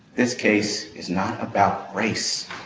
this case is not about race.